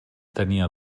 tenia